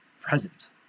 present